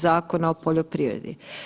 Zakona o poljoprivredi.